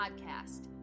podcast